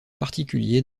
particulier